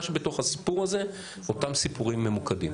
מה שבתוך הסיפור הזה, אותם סיפורים ממוקדים.